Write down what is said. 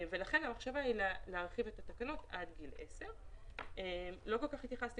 לכן המחשבה היא להרחיב את התקנות עד גיל 10. לא כל כך התייחסתי